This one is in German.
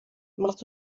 machst